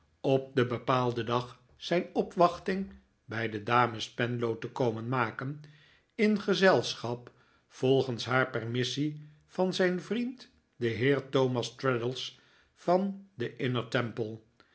op den bepaalden dag zijn opwachting bij de dames spenlow te komen maken in gezelschap volgens haar permissie van zijn vriend den heer thomas traddles van den inner temple